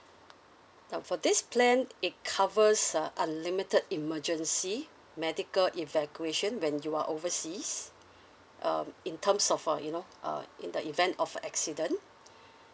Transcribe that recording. now for this plan it covers uh unlimited emergency medical evacuation when you are overseas um in terms of uh you know uh in the event of a accident